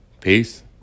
Peace